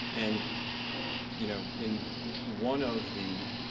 and you know in one of the